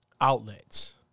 outlets